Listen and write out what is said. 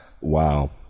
Wow